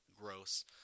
gross